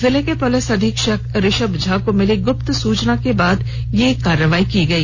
जिले के पुलिस अधीक्षक ऋषभ झा को मिली गुप्त सूचना के बाद कार्रवाई की गई